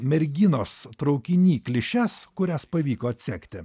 merginos traukiny klišes kurias pavyko atsekti